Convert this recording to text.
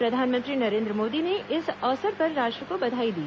प्रधानमंत्री नरेन्द्र मोदी ने इस अवसर पर राष्ट्र को बधाई दी